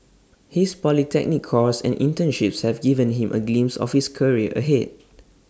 his polytechnic course and internships have given him A glimpse of his career ahead